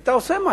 היית עושה משהו.